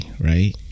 Right